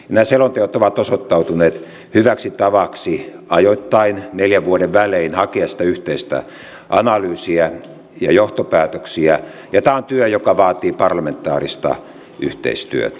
nämä selonteot ovat osoittautuneet hyväksi tavaksi ajoittain neljän vuoden välein hakea sitä yhteistä analyysia ja johtopäätöksiä ja tämä on työ joka vaatii parlamentaarista yhteistyötä